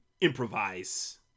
improvise